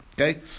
okay